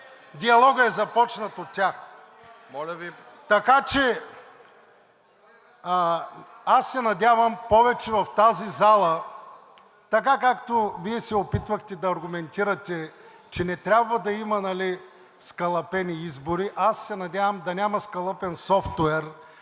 „Продължаваме Промяната“.) Така че аз се надявам повече в тази зала – така, както Вие се опитвахте да аргументирате, че не трябва да има скалъпени избори – аз се надявам да няма скалъпен софтуер,